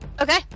Okay